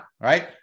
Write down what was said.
right